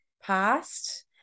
past